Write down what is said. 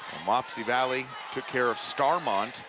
wapsie valley took care of starmont,